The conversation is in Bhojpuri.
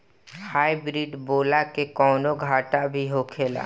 हाइब्रिड बोला के कौनो घाटा भी होखेला?